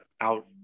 out